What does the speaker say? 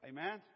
Amen